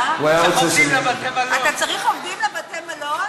אתה צריך עובדים לבתי-מלון,